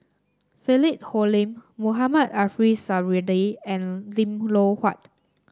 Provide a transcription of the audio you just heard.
Philip Hoalim Mohamed Ariff Suradi and Lim Loh Huat